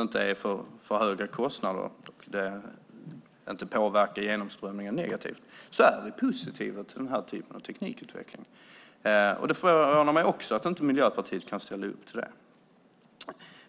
inte blir för höga kostnader och påverkar genomströmningen negativt är vi positiva till den här typen av teknikutveckling. Det förvånar mig också att Miljöpartiet inte kan ställa upp på det.